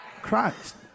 Christ